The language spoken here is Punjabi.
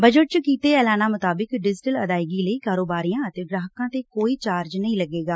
ਬਜਟ ਚ ਕੀਤੇ ਐਲਾਨਾਂ ਮੁਤਾਬਕ ਡਿਜੀਟਲ ਅਦਾਇਗੀ ਲਈ ਕਾਰੋਬਾਰੀਆਂ ਅਤੇ ਗ੍ਾਹਕਾਂ ਤੇ ਕੋਈ ਚਾਰਜ ਨਹੀਂ ਲੱਗੇਗਾ